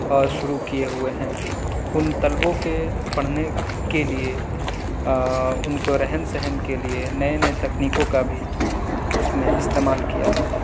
اور شروع کئے ہوئے ہیں ان طلبوں کے پڑھنے کے لئے ان کو رہن سہن کے لئے نئے نئے تکنیکوں کا بھی اس میں استعمال کیا ہے